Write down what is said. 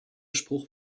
spruch